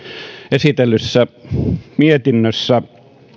esitellyssä mietinnössä